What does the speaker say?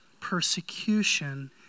persecution